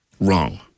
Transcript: wrong